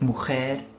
Mujer